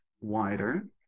wider